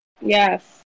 Yes